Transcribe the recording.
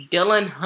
Dylan